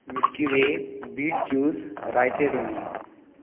milky way beet juice रायस ए रोणी